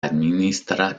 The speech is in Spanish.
administra